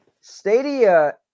stadia